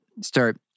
start